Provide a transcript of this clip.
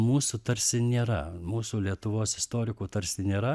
mūsų tarsi nėra mūsų lietuvos istorikų tarsi nėra